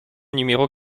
numéro